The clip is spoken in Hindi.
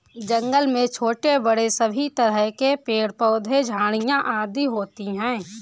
जंगल में छोटे बड़े सभी तरह के पेड़ पौधे झाड़ियां आदि होती हैं